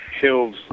hills